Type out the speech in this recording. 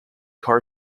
car